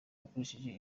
akoresheje